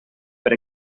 per